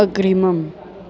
अग्रिमम्